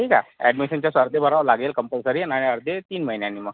ठीक आहे ॲडमिशनच्या साथ ते भरावं लागेल कंपल्सरी आणि अर्धे तीन महिन्यांनी मग